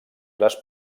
les